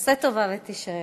תעשה טובה ותישאר.